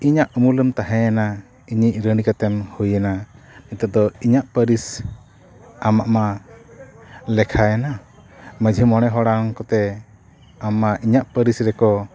ᱤᱧᱟᱹᱜ ᱩᱢᱩᱞ ᱨᱮᱢ ᱛᱟᱦᱮᱸᱭᱮᱱᱟ ᱤᱧᱤᱡ ᱨᱟᱹᱱᱤ ᱠᱟᱛᱮᱢ ᱦᱩᱭᱮᱱᱟ ᱱᱤᱛᱚᱜ ᱫᱚ ᱤᱧᱟᱹᱜ ᱯᱟᱹᱨᱤᱥ ᱟᱢᱟᱜ ᱢᱟ ᱞᱮᱠᱷᱟᱭᱮᱱᱟ ᱢᱟᱹᱡᱷᱤ ᱢᱚᱬᱮ ᱦᱚᱲᱟᱜ ᱠᱚᱛᱮ ᱟᱢ ᱢᱟ ᱤᱧᱟᱹᱜ ᱯᱟᱹᱨᱤᱥ ᱨᱮᱠᱚ